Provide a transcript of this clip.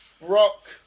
Rock